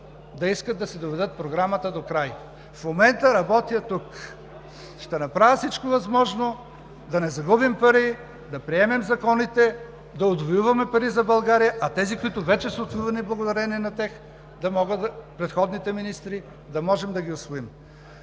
да искат да си доведат Програмата докрай. В момента работя тук – ще направя всичко възможно да не загубим пари, да приемем законите, да отвоюваме пари за България, а тези, които вече са отвоювани благодарение на предходните министри, да можем да ги усвоим.